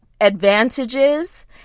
advantages